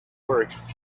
work